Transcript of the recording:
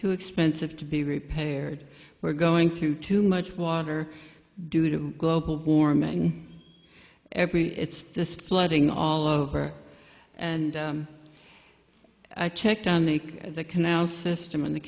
too expensive to be repaired we're going through too much water due to global warming every it's this flooding all over and i checked on the canal system and the